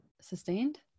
Sustained